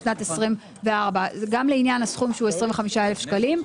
בשנת 2024. גם לעניין הסכום שהוא 25,000 שקלים.